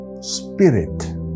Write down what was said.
spirit